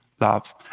love